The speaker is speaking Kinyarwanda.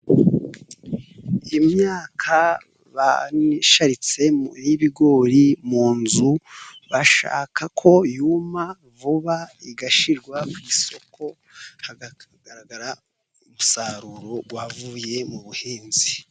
Imyaka basharitse y'ibigori mu nzu, bashaka ko yuma vuba igashyirwa ku isoko, hakagaragara umusaruro wavuye mu buhinzi.